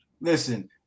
Listen